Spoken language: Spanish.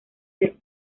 del